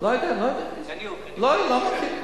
לא יודע, לא מכיר.